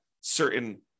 certain